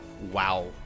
Wow